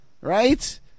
right